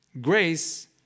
Grace